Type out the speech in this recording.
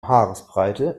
haaresbreite